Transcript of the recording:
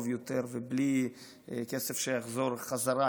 טוב יותר ובלי כסף שיחזור בחזרה,